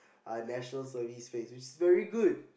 uh National Service phase which is very good